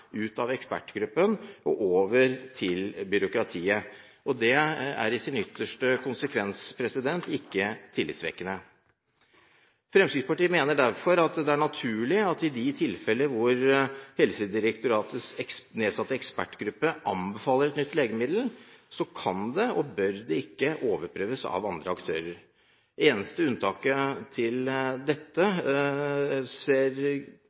ut av ekspertgruppen og over til byråkratiet. Det er i sin ytterste konsekvens ikke tillitvekkende. Fremskrittspartiet mener derfor det er naturlig at i de tilfeller hvor Helsedirektoratets nedsatte ekspertgruppe anbefaler et nytt legemiddel, kan og bør dette ikke overprøves av andre aktører. Det eneste unntaket fra en slik praksis jeg ser